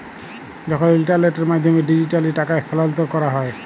যখল ইলটারলেটের মাধ্যমে ডিজিটালি টাকা স্থালাল্তর ক্যরা হ্যয়